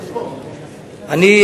אני פה.